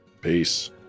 Peace